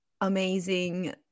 amazing